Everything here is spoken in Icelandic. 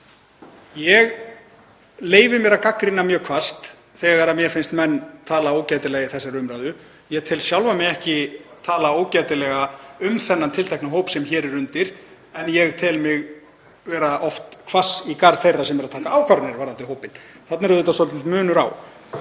Ég leyfi mér að gagnrýna mjög hvasst þegar mér finnst menn tala ógætilega í þessari umræðu. Ég tel sjálfan mig ekki tala ógætilega um þennan tiltekna hóp sem hér er undir en ég tel mig oft vera hvassan í garð þeirra sem eru að taka ákvarðanir varðandi hópinn. Þarna er auðvitað svolítill munur á.